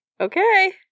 Okay